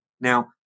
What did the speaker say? Now